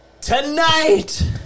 Tonight